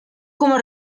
como